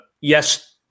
yes